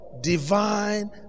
divine